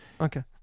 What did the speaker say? Okay